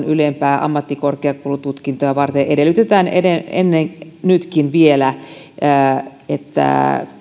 ylempää ammattikorkeakoulututkintoa varten edellytetään kuitenkin nytkin vielä että